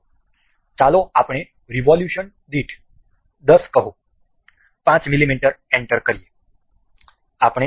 તો ચાલો આપણે રિવોલ્યુશન દીઠ 10 કહો 5 મીમી એન્ટર કરીએ